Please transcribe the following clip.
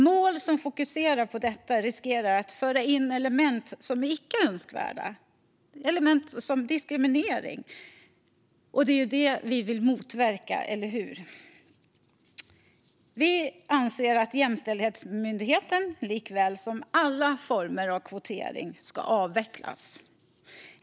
Mål som fokuserar på detta riskerar att föra in icke önskvärda element som diskriminering - och det är ju det vi vill motverka, eller hur? Vi anser att Jämställdhetsmyndigheten liksom alla former av kvotering ska avvecklas.